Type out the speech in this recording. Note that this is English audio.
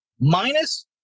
minus